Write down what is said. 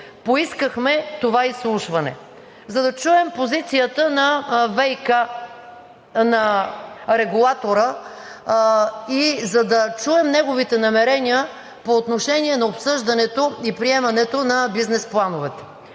поискахме това изслушване, за да чуем позицията на регулатора и неговите намерения по отношение на обсъждането и приемането на бизнес плановете.